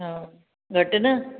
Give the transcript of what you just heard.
हा घटि न